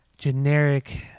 generic